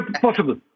possible